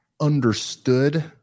understood